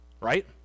Right